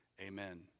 amen